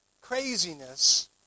craziness